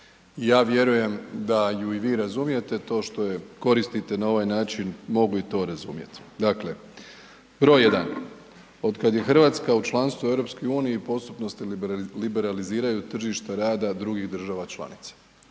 Ja vjerujem da ju i vi razumijete, to što je koristite na ovaj način mogu i to razumjeti. Dakle, br. 1 otkad je Hrvatska u članstvu u EU postupno se liberaliziraju tržišta rada drugih država članica.